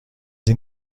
این